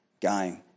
game